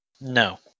no